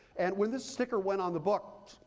and when this sticker went on the book,